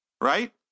right